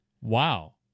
Wow